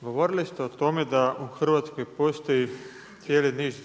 govorili ste o tome da u Hrvatskoj postoji cijeli niz